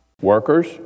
Workers